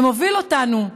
שמוביל אותנו.